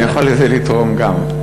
לא, אני יכול לתרום לזה גם.